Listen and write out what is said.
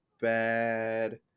bad